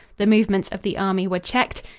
the movements of the army were checked.